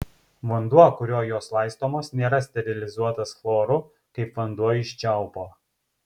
vanduo kuriuo jos laistomos nėra sterilizuotas chloru kaip vanduo iš čiaupo